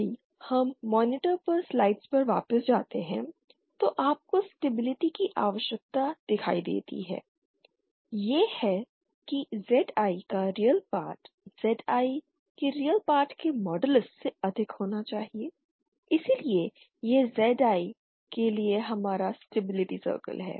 यदि हम मॉनिटर पर स्लाइड्स पर वापस जाते हैं तो आपको स्टेबिलिटी की आवश्यकता दिखाई देती है यह है कि ZI का रियल पार्ट ZI के रियल पार्ट के मॉडलस से अधिक होना चाहिए इसलिए यह ZI के लिए हमारा स्टेबिलिटी सर्कल है